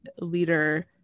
leader